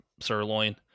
sirloin